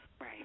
right